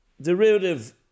derivative